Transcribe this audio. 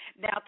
now